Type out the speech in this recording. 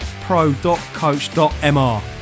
pro.coach.mr